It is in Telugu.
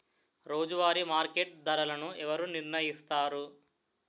రోజువారి మార్కెట్ ధరలను ఎవరు నిర్ణయిస్తారు?